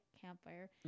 campfire